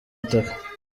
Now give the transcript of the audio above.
butaka